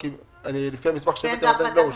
יש 14 מר"גים בארץ: ארבעה ממשלתיים,